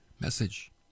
message